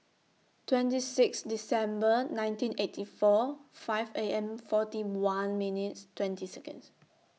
twenty six December nineteen eighty four five A M forty one minutes twenty Second